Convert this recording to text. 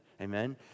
Amen